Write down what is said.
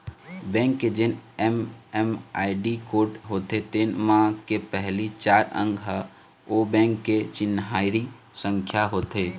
bank के जेन MMID code होथे तेन म के पहिली चार अंक ह ओ बेंक के चिन्हारी संख्या होथे